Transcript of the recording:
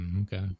Okay